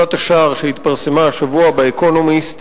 השער שהתפרסמה השבוע ב"אקונומיסט",